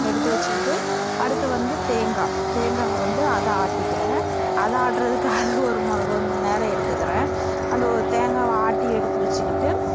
எடுத்து வச்சுக்கிட்டு அடுத்து வந்து தேங்காய் தேங்காவை வந்து அதை ஆட்டிக்கிறேன் அதை ஆட்டுகிறதுக்கு அது ஒரு ம ஒரு மணி நேரம் எடுத்துக்கிறேன் அந்த ஒரு தேங்காவை ஆட்டி எடுத்து வச்சுக்கிட்டு